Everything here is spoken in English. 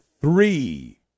three